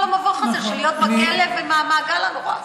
המבוך הזה של להיות בכלא ומהמעגל הנורא הזה.